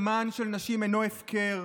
דמן של נשים אינו הפקר,